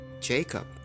Jacob